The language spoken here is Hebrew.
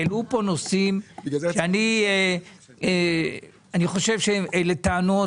העלו פה נושאים שאני חושב שאלה טענות